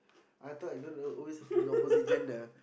I thought it always have to be the opposite gender